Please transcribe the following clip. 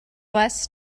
less